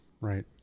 right